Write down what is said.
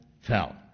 fell